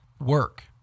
work